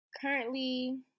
currently